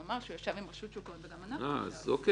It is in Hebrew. הוא אמר שהוא ישב עם רשות שוק ההון וגם אנחנו ישבנו איתו.